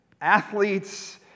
Athletes